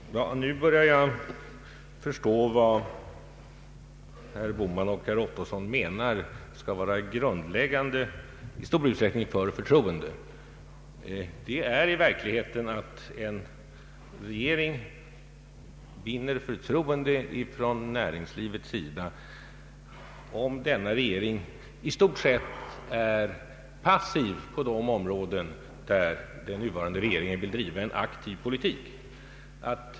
Herr talman! Nu börjar jag förstå vad herr Bohman och herr Ottosson menar skall vara i stor utsträckning grundläggande för förtroendet. Det är i verkligheten att en regering vinner förtroende från näringslivets sida om denna regering i stort sett är passiv på de områden där den nuvarande regeringen vill driva en aktiv politik.